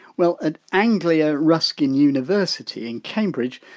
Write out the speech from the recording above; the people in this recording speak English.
well at anglia ruskin university in cambridge,